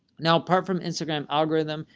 now, apart from instagram algorithm,